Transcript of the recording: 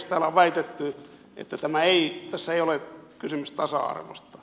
täällä on väitetty että tässä ei ole kysymys tasa arvosta